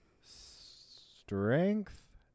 strength